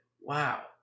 Wow